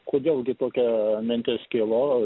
kodėl gi tokia mintis kilo